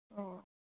औ